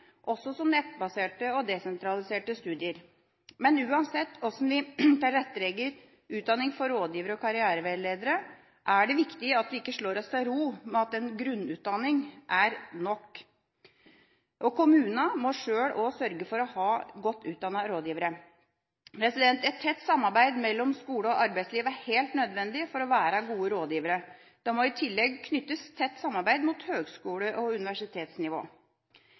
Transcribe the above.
også som nettbaserte og desentraliserte studier. Men uansett hvordan vi tilrettelegger utdanning for rådgivere og karriereveiledere, er det viktig at vi ikke slår oss til ro med at en grunnutdanning er nok. Kommunene må selv også sørge for å ha godt utdannede rådgivere. Et tett samarbeid mellom skole og arbeidsliv er helt nødvendig for gode rådgivere. Det må i tillegg knyttes tett samarbeid opp mot høgskole- og universitetsnivå.